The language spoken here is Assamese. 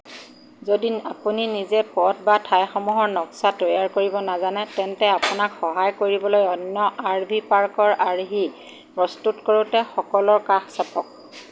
যদি আপুনি নিজে পথ বা ঠাইসমূহৰ নক্সা তৈয়াৰ কৰিব নাজানে তেন্তে আপোনাক সহায় কৰিবলৈ অন্য আৰভি পাৰ্কৰ আৰ্হি প্ৰস্তুত কৰোঁতাসকলৰ কাষ চাপক